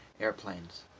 airplanes